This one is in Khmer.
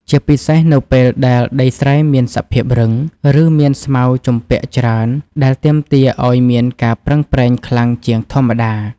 ជាពិសេសនៅពេលដែលដីស្រែមានសភាពរឹង ឬមានស្មៅជំពាក់ច្រើនដែលទាមទារឱ្យមានការប្រឹងប្រែងខ្លាំងជាងធម្មតា។